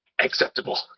Acceptable